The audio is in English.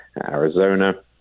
Arizona